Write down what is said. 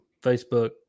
Facebook